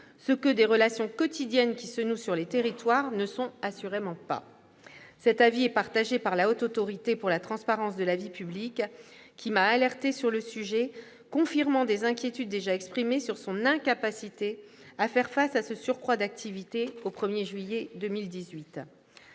national-les relations quotidiennes qui se nouent sur les territoires n'en font assurément pas partie. Cet avis est partagé par la Haute Autorité pour la transparence de la vie publique, qui m'a alertée sur le sujet, confirmant des inquiétudes déjà exprimées sur son incapacité à faire face à ce surcroît d'activité au 1 juillet 2018.